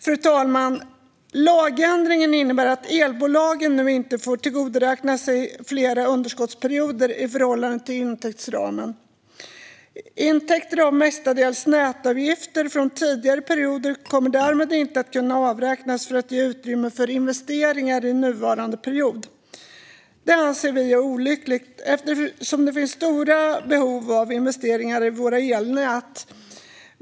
Fru talman! Lagändringen innebär att elbolagen nu inte får tillgodoräkna sig flera underskottsperioder i förhållande till intäktsramen. Intäkter från mestadels nätavgifter från tidigare perioder kommer därmed inte att kunna avräknas för att ge utrymme för investeringar under nuvarande period. Detta anser vi är olyckligt, eftersom det finns stora behov av investeringar i våra elnät.